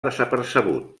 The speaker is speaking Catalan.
desapercebut